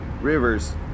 Rivers